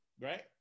Right